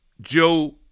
Joe